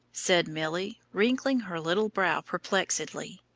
said milly, wrinkling her little brow perplexedly,